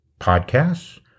podcasts